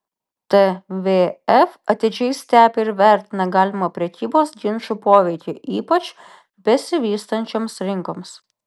tvf atidžiai stebi ir vertina galimą prekybos ginčų poveikį ypač besivystančioms rinkoms